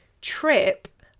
trip